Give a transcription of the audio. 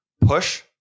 push